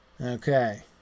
Okay